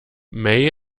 may